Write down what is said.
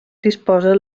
dispose